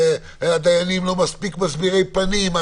שהדיינים לא מספיק מסבירי פנים?